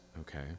okay